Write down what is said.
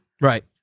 right